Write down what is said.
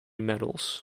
metals